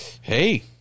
hey